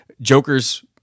Joker's